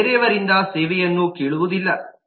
ಅದು ಬೇರೆಯವರಿಂದ ಸೇವೆಯನ್ನು ಕೇಳುವುದಿಲ್ಲ